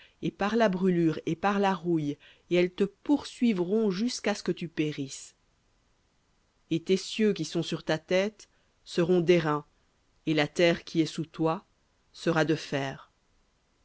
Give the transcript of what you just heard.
et par la brûlure et par la rouille et elles te poursuivront jusqu'à ce que tu périsses et tes cieux qui sont sur ta tête seront d'airain et la terre qui est sous toi sera de fer